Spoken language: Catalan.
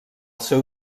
seu